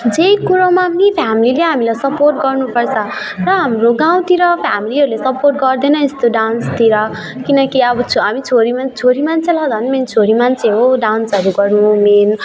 जे कुरामा पनि फ्यामिलीले हामीलाई सपोर्ट गर्नु पर्छ र हाम्रो गाउँतिर फ्यामिलीहरूले सपोर्ट गर्दैन यस्तो डान्सतिर किनकि अब छ हामी छोरी मान्छे छोरी मान्छेलाई झन् मेन छोरी मान्छे हो डान्सहरू गर्नु मेन